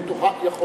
יכול.